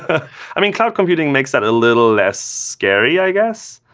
i mean, cloud computing makes that a little less scary, i guess,